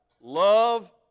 Love